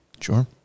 Sure